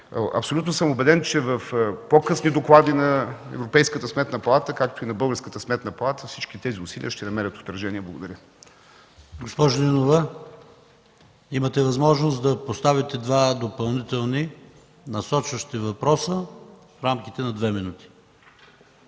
Абсолютно съм убеден, че в по-късни доклади на Европейската сметна палата, както и на българската Сметна палата всички тези усилия ще намерят отражение. Благодаря. ПРЕДСЕДАТЕЛ ПАВЕЛ ШОПОВ: Госпожо Нинова, имате възможност да поставите два допълнителни насочващи въпроса в рамките на две минути.